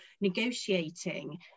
negotiating